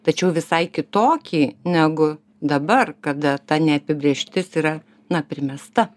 tačiau visai kitokį negu dabar kada ta neapibrėžtis yra na primesta